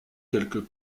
quelques